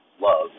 love